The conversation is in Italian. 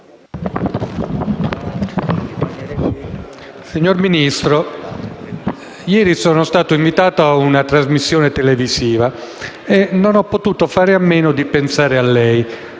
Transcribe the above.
signor Ministro, ieri sono stato invitato a una trasmissione televisiva e non ho potuto fare a meno di pensare a lei,